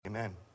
Amen